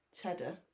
cheddar